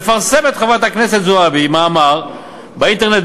מפרסמת חברת הכנסת זועבי מאמר באינטרנט,